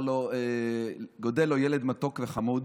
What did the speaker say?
ילד מתוק וחמוד,